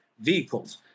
vehicles